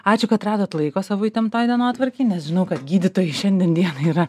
ačiū kad radot laiko savo įtemptoj dienotvarkėj nes žinau kad gydytojai šiandien dienai yra